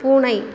பூனை